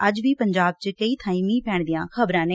ਅੱਜ ਵੀ ਪੰਜਾਬ ਚ ਕਈ ਬਾਈ ਮੀਹ ਲੈਣ ਦੀਆ ਖ਼ਬਰਾ ਨੇ